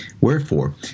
Wherefore